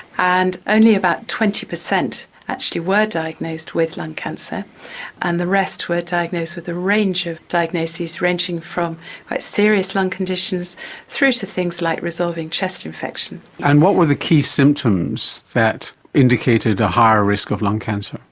and only about twenty percent actually were diagnosed with lung cancer and the rest were diagnosed with a range of diagnoses ranging from serious lung conditions through to things like resolving chest infection. and what were the key symptoms that indicated a higher risk of lung cancer?